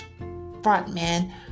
frontman